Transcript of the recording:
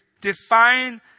define